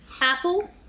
Apple